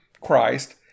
Christ